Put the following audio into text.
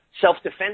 self-defense